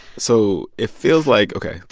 so it feels like, ok,